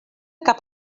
cap